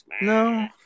no